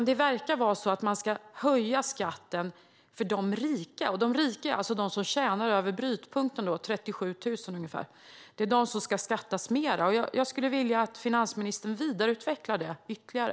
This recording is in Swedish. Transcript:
Det verkar vara att man ska höja skatten för de rika, och de rika är alltså de som tjänar över brytpunkten, ungefär 37 000. Det är de som ska beskattas mer. Jag skulle vilja att finansministern vidareutvecklar det ytterligare.